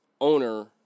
owner